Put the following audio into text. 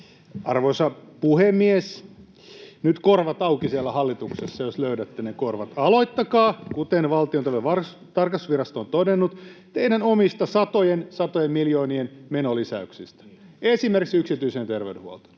Arvoisa puhemies! Nyt korvat auki siellä hallituksessa, jos löydätte ne korvat. Aloittakaa, kuten Valtiontalouden tarkastusvirasto on todennut, teidän omista satojen, satojen miljoonien menolisäyksistä esimerkiksi yksityiseen terveydenhuoltoon.